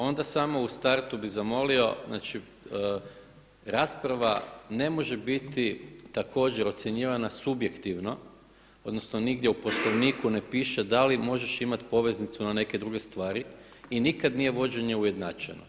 Ona samo u startu bih zamolio, znači rasprava ne može biti također ocjenjivanja subjektivno odnosno nigdje u Poslovniku ne piše da li možeš imati poveznicu na neke druge stvari i nikada nije vođenje ujednačeno.